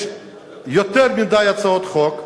יש יותר מדי הצעות חוק,